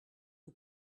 aux